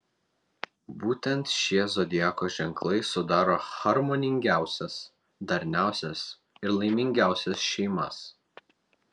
būtent šie zodiako ženklai sudaro harmoningiausias darniausias ir laimingiausias šeimas